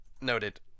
Noted